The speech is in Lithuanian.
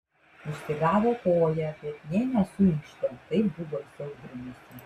užsigavo koją bet nė nesuinkštė taip buvo įsiaudrinusi